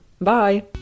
Bye